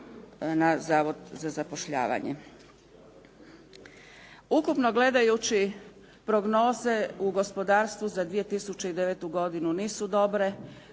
na zavod za zapošljavanje. Ukupno gledajući prognoze u gospodarstvu za 2009. godinu nisu dobre,